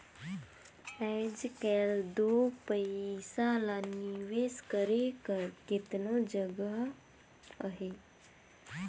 आएज काएल दो पइसा ल निवेस करे कर केतनो जगहा अहे